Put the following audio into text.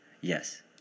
Yes